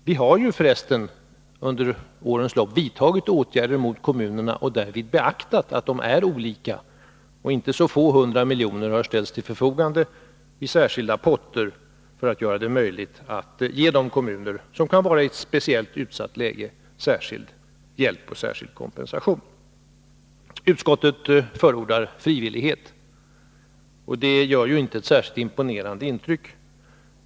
Vi har för resten under årens lopp vidtagit åtgärder mot kommunerna och därvid beaktat att de är olika. Inte så få hundratal miljoner har ställts till förfogande i skilda potter för att göra det möjligt att ge de kommuner som befinner sig i ett speciellt utsatt läge särskild hjälp och särskild kompensation. Utskottet förordar frivillighet. Detta är inte särskilt imponerande.